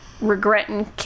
regretting